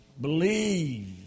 Believe